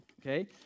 Okay